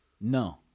no